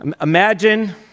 imagine